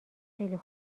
خیلی